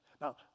Now